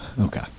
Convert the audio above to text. Okay